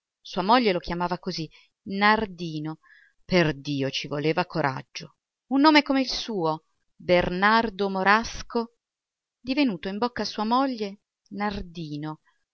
sua moglie lo chiamava così nardino perdio ci voleva coraggio un nome come il suo bernardo morasco divenuto in bocca a sua moglie nardino